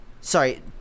sorry